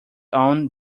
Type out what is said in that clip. own